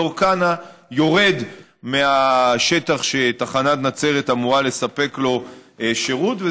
אזור כנא יורד מהשטח שתחנת נצרת אמורה לספק לו שירות,